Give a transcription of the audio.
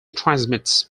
transmits